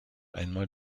einmal